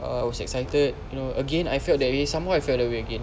ah I was excited you know again I felt that way somewhat I fell away again